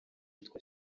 yitwa